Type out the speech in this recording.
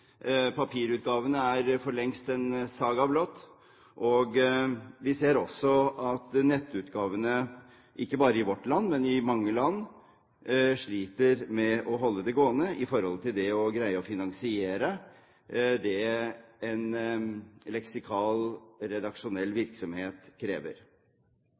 Papirutgavene er for lengst en saga blott, og vi ser også at nettutgavene – ikke bare i vårt land, men i mange land – sliter med å holde det gående med hensyn til å greie å finansiere det som en leksikal, redaksjonell virksomhet krever.